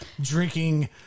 drinking